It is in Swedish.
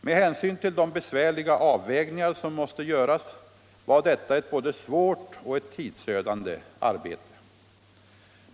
Med hänsyn till de besvärliga avvägningar som måste göras var detta ett både svårt och tidsödande arbete.